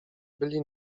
byli